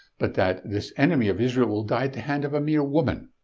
but that this enemy of israel will die at the hand of a mere woman.